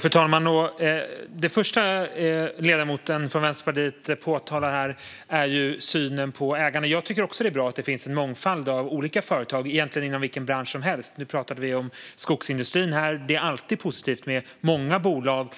Fru talman! Det första ledamoten från Vänsterpartiet påtalar här är synen på ägande. Jag tycker också att det är bra att det finns en mångfald av olika företag inom egentligen vilken bransch som helst. Nu talade vi om skogsindustrin. Det är alltid positivt med många bolag